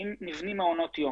האם נבנים מעונות יום.